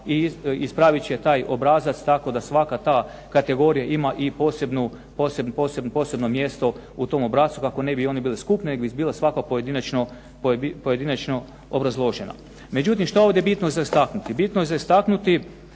ispravit će taj obrazac tako da svaka ta kategorija ima i posebno mjesto u tom obrascu kako ne bi one bile skupne, nego bi bila svaka pojedinačno obrazložena. Međutim, što je ovdje bitno za istaknuti? Bitno je za istaknuti